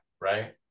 right